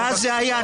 מה זה היה?